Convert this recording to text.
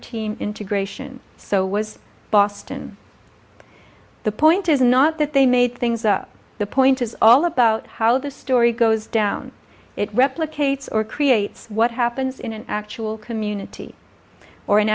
team integration so was boston the point is not that they made things up the point is all about how the story goes down it replicates or creates what happens in an actual community or an